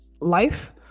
life